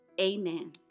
amen